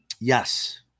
Yes